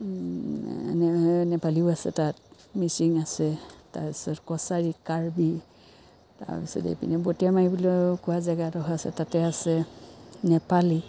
নেপালীও আছে তাত মিচিং আছে তাৰপিছত কছাৰী কাৰ্বি তাৰপিছত এইপিনে বটিয়ামাৰি বুলি কোৱা জাগা এডখৰ আছে তাতে আছে নেপালী